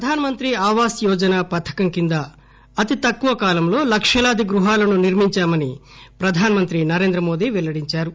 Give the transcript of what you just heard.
ప్రధానమంత్రి ఆవాస్ యోజన పథకం కింద అతి తక్కువ కాలంలో లక్షలాది గృహాలను నిర్మించామని ప్రధానమంత్రి నరేంద్రమోదీ పెల్లడించారు